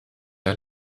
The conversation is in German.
der